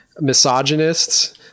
misogynists